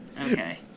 okay